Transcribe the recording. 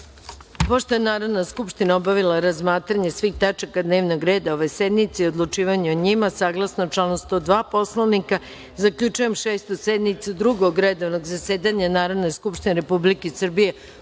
je Narodna skupština obavila razmatranje svih tačaka dnevnog reda ove sednice i odlučivanje o njima, saglasno članu 102. Poslovnika, zaključujem Šestu sednicu Drugog redovnog zasedanja Narodne skupštine Republike Srbije